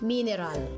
Mineral